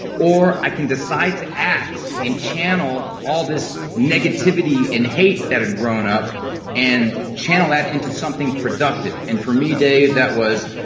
or i can decide to act and channel all this negativity and hate that had grown up and channel that into something productive. and for me, dave, that was,